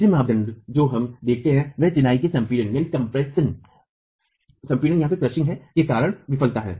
तीसरा मापदंड जो हम देखते हैं वह चिनाई के संपीडन के कारण विफलता है